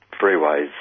Freeways